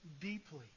deeply